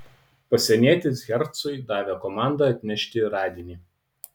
pasienietis hercui davė komandą atnešti radinį